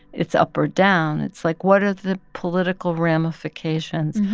it's up or down. it's like, what are the political ramifications?